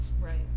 Right